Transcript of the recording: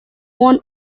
worn